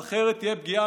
אחרת תהיה פגיעה